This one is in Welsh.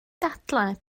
dadlau